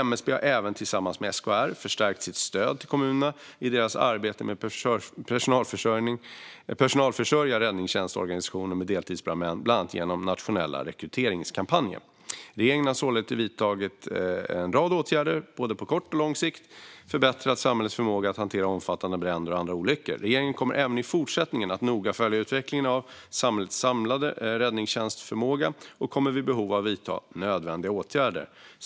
MSB har även tillsammans med SKR förstärkt sitt stöd till kommunerna i deras arbete med att personalförsörja räddningstjänstorganisationen med deltidsbrandmän, bland annat genom nationella rekryteringskampanjer. Regeringen har således vidtagit en rad åtgärder för att både på kort och på lång sikt förbättra samhällets förmåga att hantera omfattande bränder och andra olyckor. Regeringen kommer även i fortsättningen att noga följa utvecklingen av samhällets samlade räddningstjänstförmåga och kommer vid behov att vidta nödvändiga åtgärder.